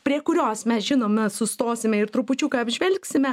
prie kurios mes žinome sustosime ir trupučiuką apžvelgsime